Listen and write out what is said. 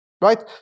right